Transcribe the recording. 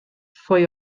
ffoi